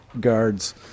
guards